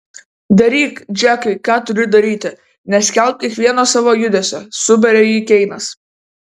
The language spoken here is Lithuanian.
daryk džekai ką turi daryti neskelbk kiekvieno savo judesio subarė jį keinas